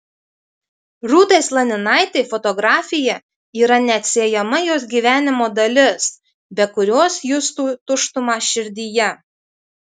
rūtai slaninaitei fotografija yra neatsiejama jos gyvenimo dalis be kurios justų tuštumą širdyje